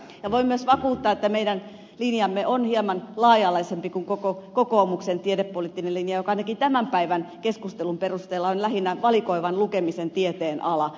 voin myös vakuuttaa että meidän linjamme on hieman laaja alaisempi kuin koko kokoomuksen tiedepoliittinen linja joka ainakin tämän päivän keskustelun perusteella on lähinnä valikoivan lukemisen tieteenala